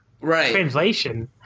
translation